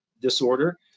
disorder